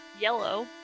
Yellow